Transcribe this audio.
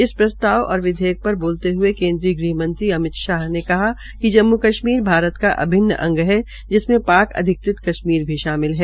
इस प्रस्ताव और विधेयक पर बोलते हये केन्द्रीय ग़हमंत्री अमितशाह ने कहा कि जम्मू कश्मीर भारत का अभिन्न अंग है जिसमें पाक अधिकृत कशमीर भी शामिल है